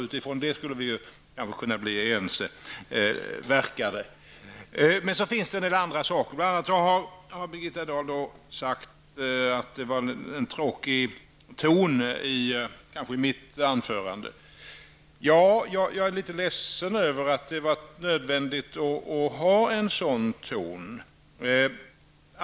Utifrån detta skulle vi kanske kunna bli ense. Så finns det en del andra saker. Bl.a. sade Birgitta Dahl att tonen i mitt anförande var tråkig. Jag är lite ledsen över att det var nödvändigt att ha en sådan ton.